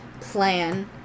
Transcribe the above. plan